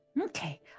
Okay